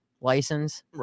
license